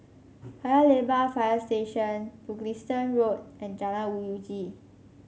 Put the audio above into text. Paya Lebar Fire Station Mugliston Road and Jalan Uji